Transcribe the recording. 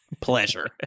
pleasure